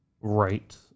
right